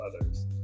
others